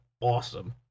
awesome